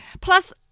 Plus